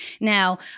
Now